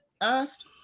asked